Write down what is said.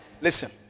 listen